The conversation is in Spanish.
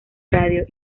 radio